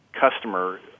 customer